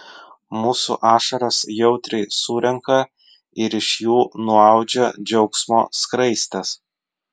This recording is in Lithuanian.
mūsų ašaras jautriai surenka ir iš jų nuaudžia džiaugsmo skraistes